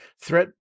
threat